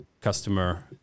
customer